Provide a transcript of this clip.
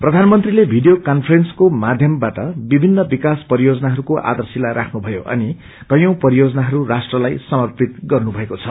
प्रधानमंत्रीले भिडियो कान्फ्रेन्सको माध्यमबाट विभिन्न विकास परियोजनाहरूको आधारभित्र राख्नुथयो अनि कयौं परियोजनाहरू राष्ट्रलाई समर्पित गर्नुभएको छ